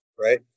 right